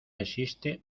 existe